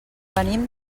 venim